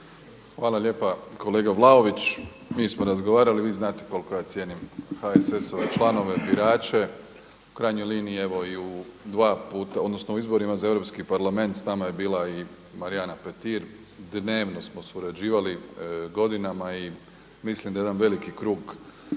Hvala lijepa. Kolega Vlaović, mi smo razgovarali i vi znate koliko ja cijenim HSS-ove članove birače u krajnjoj liniji evo i u dva puta odnosno u izborima za Europski parlament s nama je bila i Marijana Petir, dnevno smo surađivali godinama i mislim da jedan veliki krug